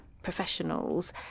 professionals